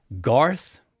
Garth